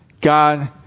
God